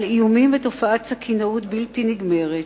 על איומים ותופעת סכינאות בלתי נגמרת.